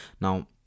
Now